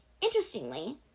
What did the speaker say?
Interestingly